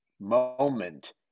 moment